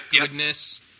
goodness